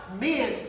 men